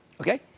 Okay